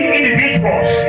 individuals